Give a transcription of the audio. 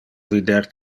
vider